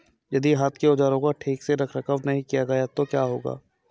यदि हाथ के औजारों का ठीक से रखरखाव नहीं किया गया तो क्या होगा?